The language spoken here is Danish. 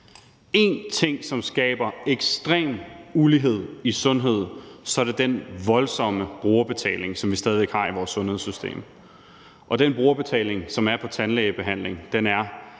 én ting, som skaber ekstrem ulighed i sundhed, så er det den voldsomme brugerbetaling, som vi stadig væk har i vores sundhedssystem, og den brugerbetaling, der er på tandlægebehandling, er